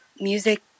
music